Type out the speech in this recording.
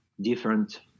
different